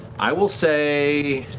i will say